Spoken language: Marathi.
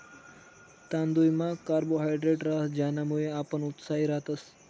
तांदुयमा कार्बोहायड्रेट रहास ज्यानामुये आपण उत्साही रातस